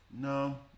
no